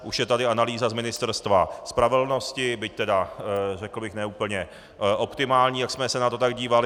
Už je tady analýza z Ministerstva spravedlnosti, byť, řekl bych, ne úplně optimální, jak jsme se na to tak dívali.